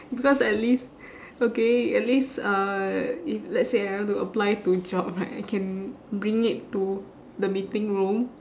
because at least okay at least uh if let's say I want to apply to job right I can bring it to the meeting room